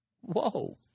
Whoa